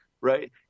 right